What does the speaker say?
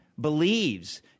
believes